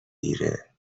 دیره